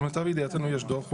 למיטב ידיעתנו יש דוח.